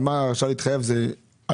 על מה ההרשאה להתחייב, על